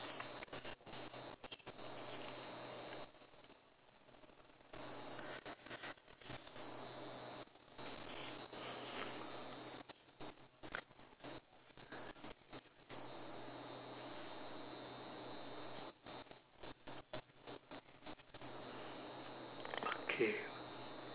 okay